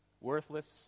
worthless